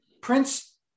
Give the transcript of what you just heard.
Prince